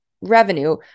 revenue